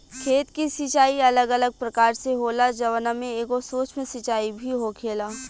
खेत के सिचाई अलग अलग प्रकार से होला जवना में एगो सूक्ष्म सिंचाई भी होखेला